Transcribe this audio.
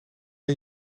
een